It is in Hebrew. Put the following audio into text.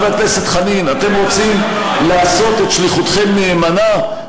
חבר הכנסת חנין: אתם רוצים לעשות את שליחותכם נאמנה?